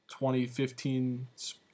2015